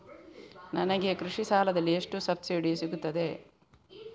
ನನಗೆ ಕೃಷಿ ಸಾಲದಲ್ಲಿ ಎಷ್ಟು ಸಬ್ಸಿಡಿ ಸೀಗುತ್ತದೆ?